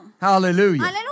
Hallelujah